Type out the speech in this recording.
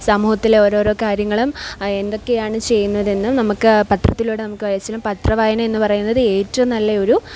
സമൂഹത്തിലെ ഓരോരോ കാര്യങ്ങളും ആ എന്തൊക്കെയാണ് ചെയ്യുന്നതെന്നും നമുക്ക് പത്രത്തിലൂടെ നമുക്കയച്ച് തരും പത്ര വായന എന്ന് പറയുന്നത് ഏറ്റവും നല്ല ഒരു